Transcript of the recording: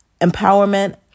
Empowerment